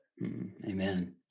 Amen